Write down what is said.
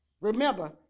Remember